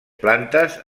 plantes